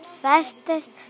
fastest